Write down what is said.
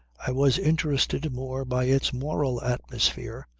i was interested more by its moral atmosphere,